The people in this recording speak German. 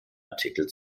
artikel